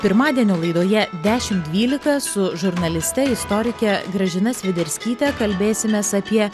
pirmadienio laidoje dešimt dvylika su žurnaliste istorikė gražina sviderskytė kalbėsimės apie